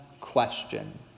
question